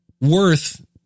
worth